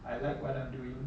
I like what I'm doing